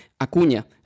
Acuña